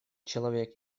человек